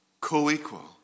Co-equal